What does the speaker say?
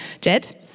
Jed